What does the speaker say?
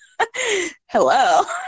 hello